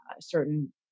certain